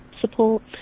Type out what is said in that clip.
support